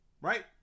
right